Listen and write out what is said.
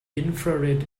infrared